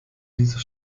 dieser